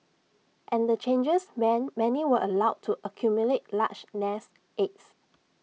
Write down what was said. and the changes meant many were allowed to accumulate large nest eggs